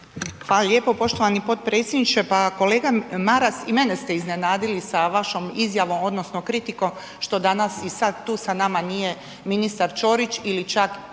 Hvala lijepo poštovani potpredsjedniče. Pa kolega Maras, i mene ste iznenadili sa vašom izjavom odnosno kritikom što danas i sad tu sa nama nije ministar Ćorić ili čak